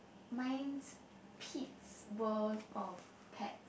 mine's Pete's World of Pet